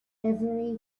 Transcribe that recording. every